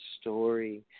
story